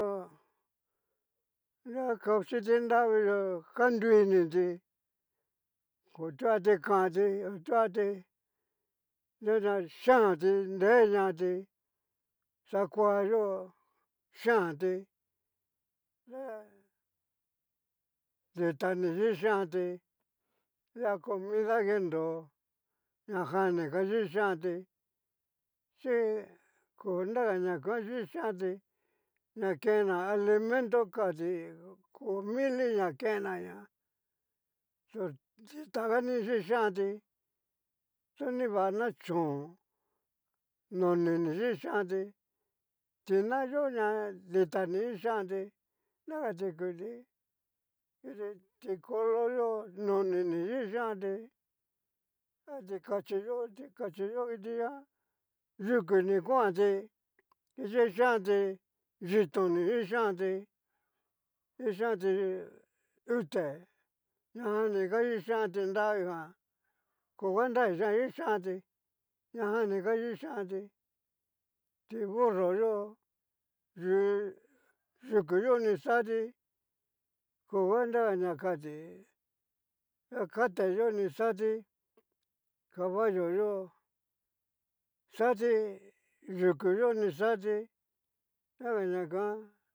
To nruguan kao chin kiti nravi yó ka nruiniti, ho tuati kanti otuati du ña yianti nreñati xakuayó yianti nre ditani yixanti lia comida kinro ñajan ni ga kixanti chi ko nraga ña nguan kixanti ña ken na alimento xati ko mili ña kenaña tor dita ka ni kixanti, to nrivana chón nini ni kixanti, tina yó ña ditani kixanti nraga nguti kit ti kolo yó noni ni kixanti na tikachi yó ti kachí yo ngu kiti nguan yuku ni xanti ixanti yitón ni xixanti kixanti ute ñajan ni ga ixanti kiti nravijan koga nra chi ñajanni kixanti najan ni ga kichanti ti burro yo yuku yo ni xati koga nragaña kati zacate yó ni xati caballo yó xati yuku yó ni xati ñaga na nguan